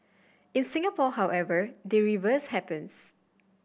in Singapore however the reverse happens